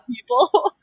people